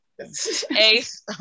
Ace